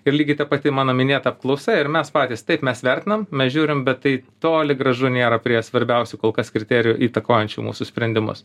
ir lygiai ta pati mano minėta apklausa ir mes patys taip mes vertinam mes žiūrim bet tai toli gražu nėra prie svarbiausių kol kas kriterijų įtakojančių mūsų sprendimus